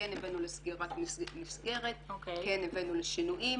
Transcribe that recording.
כן הבאנו לסגירת מסגרת, כן הבאנו לשינויים.